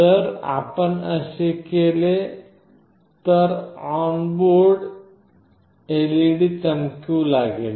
जर आपण असे काही केले तर ऑन बोर्ड LED चमकू लागेल